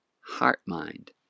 heart-mind